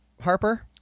Harper